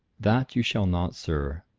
that you shall not, sir,